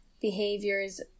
behaviors